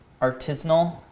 artisanal